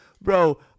bro